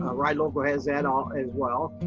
ah ride local has that all as well.